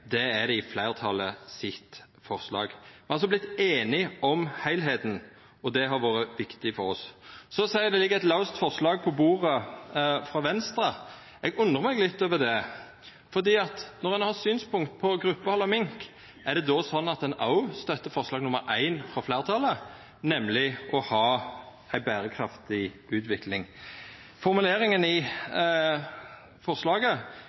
det er det i fleirtalet sitt forslag. Me har altså vorte einige om heilheita, og det har vore viktig for oss. Så ser eg at det ligg på bordet eit forslag frå Venstre. Eg undrar meg litt over det, for når ein har synspunkt på gruppehald av mink, er det då slik at ein òg støttar forslaget til vedtak I, frå fleirtalet, nemleg å ha ei berekraftig utvikling? Formuleringa i